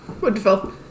Wonderful